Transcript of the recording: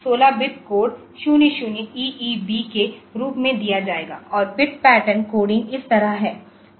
तो यह एक 16 बिट कोड 00EEB के रूप में दिया जाएगा और बिट पैटर्न कोडिंग इस तरह है